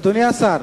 אדוני השר,